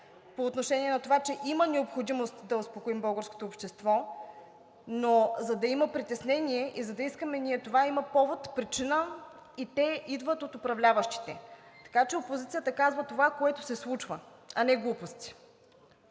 по отношение на това, че има необходимост да успокоим българското общество. Но за да има притеснение и за да искаме ние това, има повод, причина, и те идват от управляващите. Така че опозицията казва това, което се случва, а не глупости.